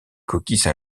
coquilles